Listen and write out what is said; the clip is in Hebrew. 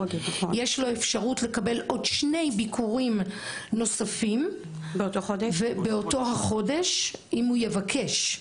יש לו אפשרות לקבל עוד שני ביקורים נוספים באותו החודש אם הוא יבקש.